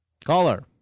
Caller